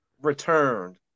returned